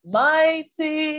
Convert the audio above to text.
mighty